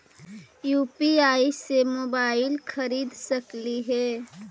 UPI से हम mobile खरिद सकलिऐ है